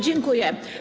Dziękuję.